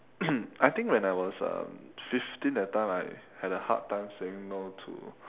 I think when I was um fifteen that time I had a hard time saying no to